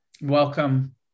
Welcome